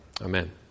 Amen